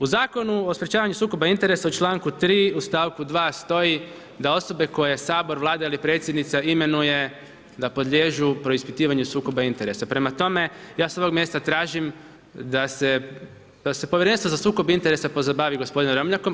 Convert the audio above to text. U Zakonu o sprečavanju sukoba interesa u članku 3. u stavku 2. stoji da osobe koje Sabor, Vlada i Predsjednica imenuje da podliježu preispitivanju sukoba interesa, prema tome, ja sa ovog mjesta tražim da se Povjerenstvo za sukob interesa pozabavi gospodin Ramljakom.